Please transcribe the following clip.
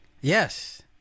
Yes